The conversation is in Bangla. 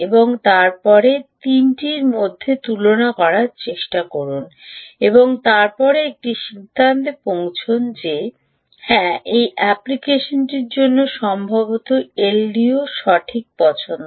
এবং তারপরে 3 টির মধ্যে তুলনা করার চেষ্টা করুন এবং তারপরে একটি সিদ্ধান্তে পৌঁছুন যে হ্যাঁ এই অ্যাপ্লিকেশনটির জন্য সম্ভবত এলডিও সঠিক পছন্দ